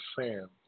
Sam